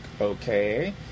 okay